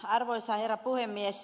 arvoisa herra puhemies